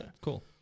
cool